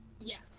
Yes